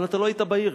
אבל אתה לא היית בעיר,